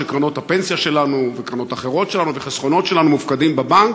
שקרנות הפנסיה שלנו וקרנות אחרות שלנו וחסכונות שלנו מופקדים בבנק,